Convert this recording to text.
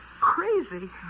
crazy